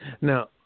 Now